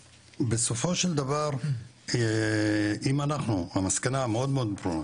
בסופו של דבר המסקנה מאוד מאוד ברורה,